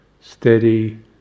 steady